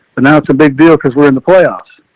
but now it's a big deal cause were in the playoffs.